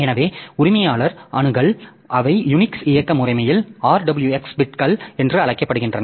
எனவே உரிமையாளர் அணுகல் அவை யூனிக்ஸ் இயக்க முறைமையில் RWX பிட்கள் என்று அழைக்கப்படுகின்றன